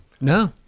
no